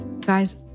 Guys